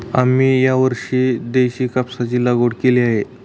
आम्ही यावर्षी देशी कापसाची लागवड केली आहे